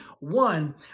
One